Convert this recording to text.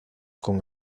con